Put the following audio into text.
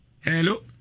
Hello